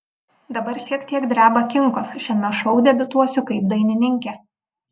dabar šiek tiek dreba kinkos šiame šou debiutuosiu kaip dainininkė